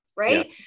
Right